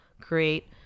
create